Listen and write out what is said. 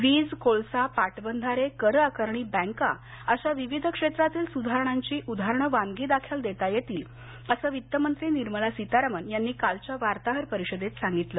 वीज कोळसा पाटबंधारे कर आकारणी बँकाअशा विविध क्षेत्रातील सुधारणाची उदाहरणं वानगीदाखल देता येतील असं वित्तमंत्री निर्मला सीतारामन यांनी कालच्या वार्ताहर परिषदेत सांगितलं